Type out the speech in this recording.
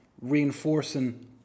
reinforcing